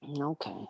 Okay